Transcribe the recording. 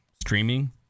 streaming